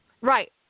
Right